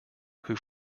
who